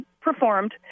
performed